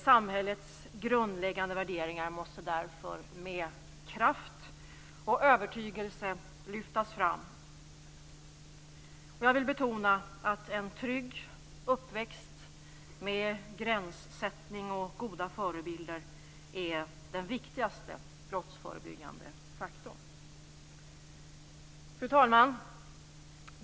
Samhällets grundläggande värderingar måste därför med kraft och övertygelse lyftas fram. Jag vill betona att en trygg uppväxt med gränssättning och goda förebilder är den viktigaste brottsförebyggande faktorn. Fru talman!